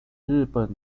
日本